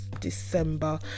december